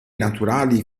naturali